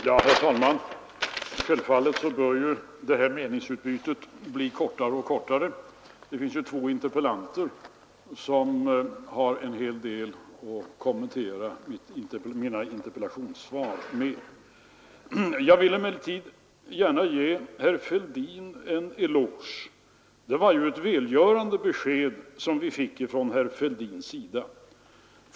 Herr talman! Självfallet bör detta meningsutbyte bli kortare och kortare. Det finns ju interpellanter som har en del att kommentera i mina interpellationssvar. Jag vill emellertid gärna ge herr Fälldin en eloge. Det var ett välgörande besked som vi fick från honom.